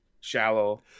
shallow